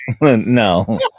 no